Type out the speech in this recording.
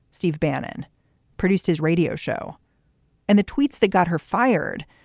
steve bannon produced his radio show and the tweets that got her fired.